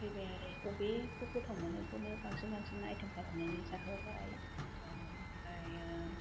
फैबाय आरो अबेखौ गोथाव मोनो बेखौनो बांसिन बांसिन आइथेम खालामनानै जाहोबाय आमफ्रायो